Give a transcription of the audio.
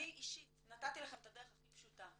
אני אישית נתתי לכם את הדרך הכי פשוטה,